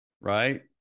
right